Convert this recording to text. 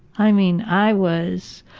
i mean i was.